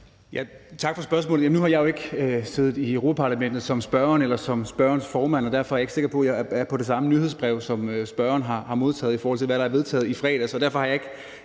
Tak for spørgsmålet. Nu har jeg jo ikke siddet i Europa-Parlamentet som spørgeren eller som spørgerens formand, og derfor er jeg ikke sikker på, at jeg er på det samme nyhedsbrev, som spørgeren har modtaget, i forhold til hvad der er vedtaget i fredags. Og derfor har jeg ikke